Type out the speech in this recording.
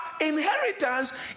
inheritance